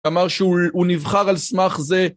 אמר שהוא נבחר על סמך זה